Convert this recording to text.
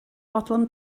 fodlon